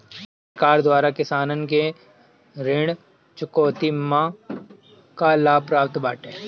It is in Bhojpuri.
सरकार द्वारा किसानन के ऋण चुकौती में का का लाभ प्राप्त बाटे?